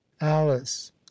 alice